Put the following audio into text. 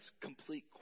complete